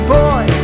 boy